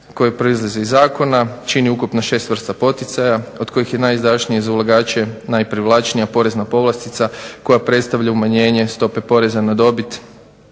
koje proizlazi iz zakona čine ukupno 6 vrsta poticaja od kojih je najizdašnije za ulagače, najprivlačnija porezna povlastica koja predstavlja umanjenje stope poreza na dobit